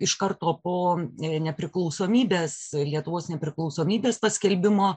iš karto po nepriklausomybės lietuvos nepriklausomybės paskelbimo